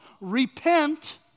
repent